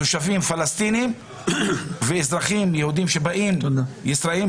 תושבים פלסטינים ואזרחים יהודים ישראלים